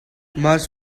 march